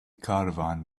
caravan